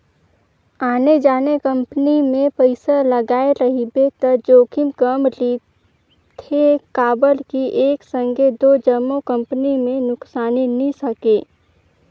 आने आने कंपनी मे पइसा लगाए रहिबे त जोखिम कम रिथे काबर कि एक संघे दो जम्मो कंपनी में नुकसानी नी सके